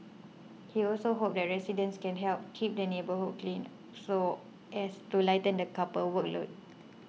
he also hopes that residents can help keep the neighbourhood clean so as to lighten the couple workload